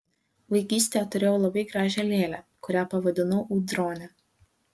vaikystėje turėjau labai gražią lėlę kurią pavadinau audrone